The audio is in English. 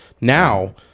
Now